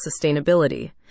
sustainability